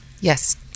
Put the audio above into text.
Yes